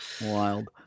Wild